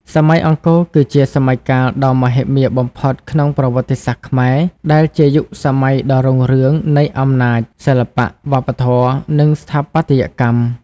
សម័យអង្គរគឺជាសម័យកាលដ៏មហិមាបំផុតក្នុងប្រវត្តិសាស្ត្រខ្មែរ ដែលជាយុគសម័យដ៏រុងរឿងនៃអំណាច សិល្បៈ វប្បធម៌ និងស្ថាបត្យកម្ម។